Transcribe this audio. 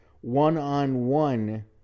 one-on-one